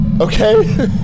Okay